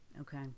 Okay